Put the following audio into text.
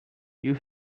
you